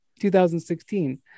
2016